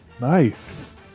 Nice